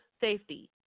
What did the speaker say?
safety